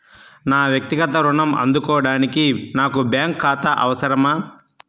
నా వక్తిగత ఋణం అందుకోడానికి నాకు బ్యాంక్ ఖాతా అవసరమా?